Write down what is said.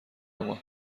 اومد